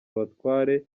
abatware